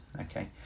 Okay